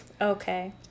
Okay